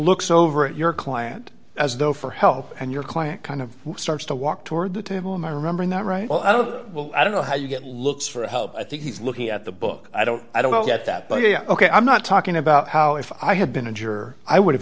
looks over at your client as though for help and your client kind of starts to walk toward the table am i remembering that right well i don't well i don't know how you get looks for help i think he's looking at the book i don't i don't get that but yeah ok i'm not talking about how if i had been a juror i would